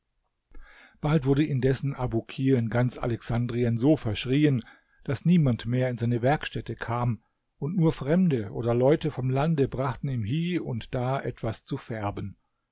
bald wurde indessen abukir in ganz alexandrien so verschrieen daß niemand mehr in seine werkstätte kam und nur fremde oder leute vom lande brachten ihm hie und da etwas zu färben